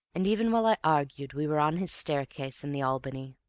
and even while i argued we were on his staircase in the albany.